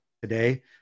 Today